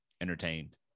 entertained